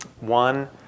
One